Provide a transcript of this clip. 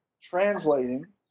translating